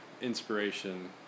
inspiration